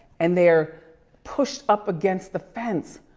and they're pushed up against the fence